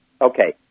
Okay